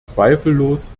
zweifellos